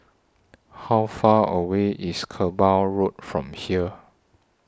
How Far away IS Kerbau Road from here